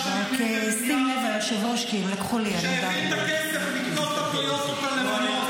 שהעביר את הכסף לקנות את הטויוטות הלבנות.